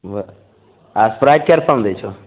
आ असप्राइट कए रुपयामे दै छहो